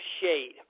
Shade